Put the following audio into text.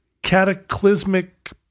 Cataclysmic